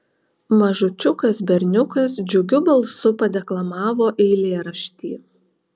mažučiukas berniukas džiugiu balsu padeklamavo eilėraštį